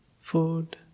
food